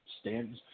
stand